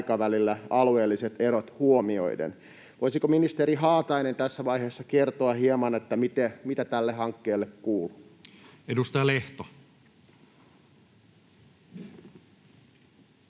aikavälillä alueelliset erot huomioiden. Voisiko ministeri Haatainen tässä vaiheessa kertoa hieman, mitä tälle hankkeelle kuuluu? [Speech